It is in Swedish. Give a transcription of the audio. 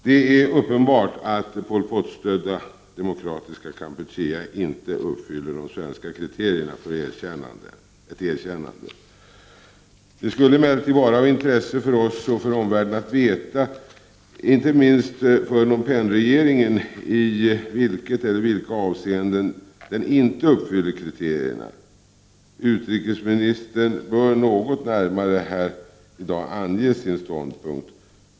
Det är uppenbart att Pol Pot-stödda Demokratiska Kampuchea inte uppfyller de svenska kriterierna för ett erkännande. Det skulle emellertid vara av intresse för oss och för omvärlden att veta - inte minst för Phnom Penhregeringen - i vilket eller vilka avseenden den inte uppfyller kriterierna. Utrikesministern bör här i dag något närmare ange sin ståndpunkt.